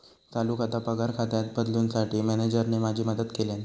चालू खाता पगार खात्यात बदलूंसाठी मॅनेजरने माझी मदत केल्यानं